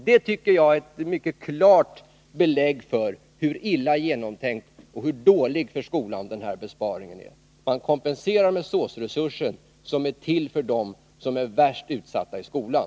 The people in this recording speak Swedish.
Det är ett mycket klart belägg för hur illa genomtänkt och hur dålig för skolan denna besparing är. Man kompenserar med SÅS-resurser, som är till för dem som är värst utsatta i skolan.